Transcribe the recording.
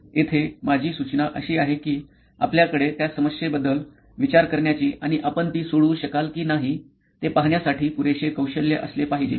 येथे माझी सूचना अशी आहे की आपल्याकडे त्या समस्येबद्दल विचार करण्याची आणि आपण ती सोडवू शकाल की नाही ते पहाण्यासाठी पुरेसे कौशल्य असले पाहिजे